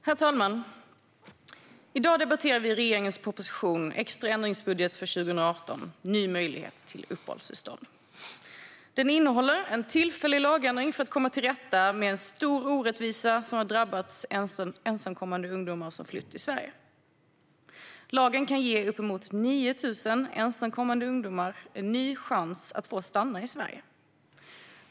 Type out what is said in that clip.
Herr talman! I dag debatterar vi regeringens proposition Extra ändringsbudget för 2018 - Ny möjlighet till uppehållstillstånd . Den innehåller en tillfällig lagändring för att komma till rätta med en stor orättvisa som har drabbat ensamkommande ungdomar som har flytt till Sverige. Lagen kan ge uppemot 9 000 ensamkommande ungdomar en ny chans att få stanna i Sverige.